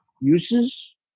uses